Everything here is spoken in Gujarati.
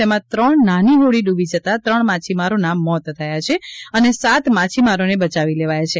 તેમાં ત્રણ નાની હોડી ડૂબી જતા ત્રણ માછીમારોના મોત થયા છે અને સાત માછીમારોને બચાવી લેવાયા છે